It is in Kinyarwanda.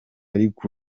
ariko